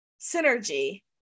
synergy